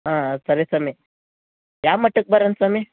ಹಾಂ ಸರಿ ಸ್ವಾಮಿ ಯಾವ ಮಠಕ್ಕೆ ಬರೋಣ ಸ್ವಾಮಿ